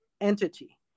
entity